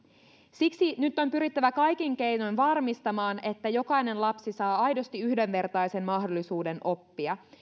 siksi nyt on pyrittävä kaikin keinoin varmistamaan että jokainen lapsi saa aidosti yhdenvertaisen mahdollisuuden oppia